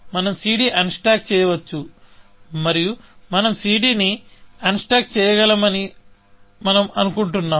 మనం cd unstack చేయవచ్చు మరియు మనం cd ని అన్ స్టాక్ చేయగలమని మనం కనుగొంటాం